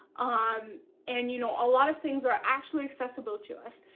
um and you know a lot of things are actually accessible to us.